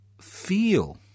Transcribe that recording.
feel